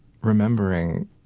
remembering